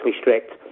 strict